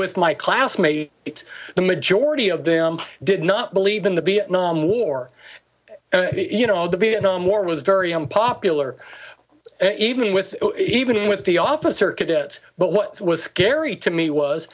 with my classmate it's the majority of them did not believe in the b non war you know the vietnam war was very unpopular even with even with the officer could it but what was scary to me was